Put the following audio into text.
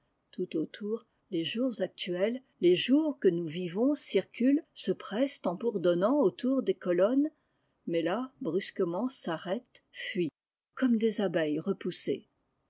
tout autour les jours actuels les jours que nous vivons circulent se pressent en bourdonnant autour des colonnes mais là brusquement s'arrêtent fuient comme des abeilles repoussées